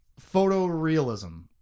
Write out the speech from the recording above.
photorealism